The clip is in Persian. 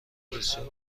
بسیار